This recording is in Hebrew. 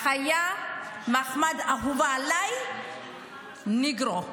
חית המחמד האהובה עליי, ניגרו.